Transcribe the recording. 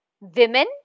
Women